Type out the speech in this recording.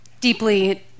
deeply